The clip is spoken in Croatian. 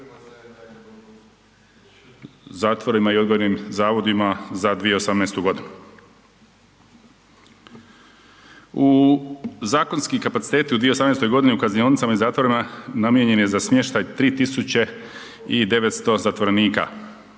zatvorima i odgojnim zavodima za 2018. godinu. Zakonski kapaciteti u 2018. godini u kaznionicama i zatvorima namijenjen je za smještaj 3900 zatvorenika